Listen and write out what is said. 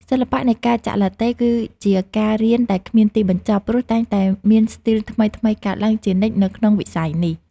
សិល្បៈនៃការចាក់ឡាតេ គឺជាការរៀនដែលគ្មានទីបញ្ចប់ ព្រោះតែងតែមានស្ទីលថ្មីៗកើតឡើងជានិច្ចនៅក្នុងវិស័យនេះ។